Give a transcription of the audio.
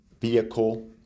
vehicle